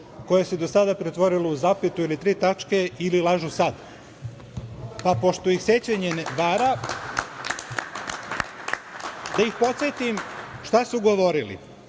koja se do sada pretvorila u zapetu ili tri tačke ili lažu sada. Pošto ih sećanje vara, da ih podsetim šta su govorili…